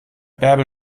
bärbel